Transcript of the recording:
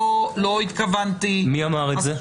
לא התכוונתי -- מי אמר את זה?